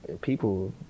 people